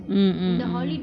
mm mm mm